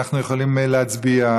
אנחנו יכולים להצביע.